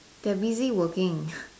they're busy working